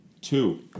Two